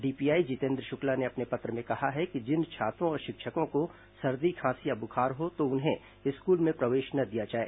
DPI Jitendra Shukla ने अपने पत्र में कहा है कि जिन छात्रों और शिक्षकों को सर्दी खांसी या बुखार हो तो उन्हें स्कूल में प्रवेश न दिया जाए